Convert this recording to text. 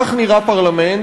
כך נראה פרלמנט,